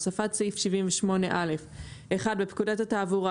הוספת סעיף 78א 1. בפקודת התעבורה,